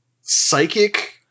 psychic